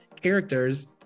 characters